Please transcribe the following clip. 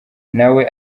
nawe